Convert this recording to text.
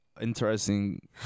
interesting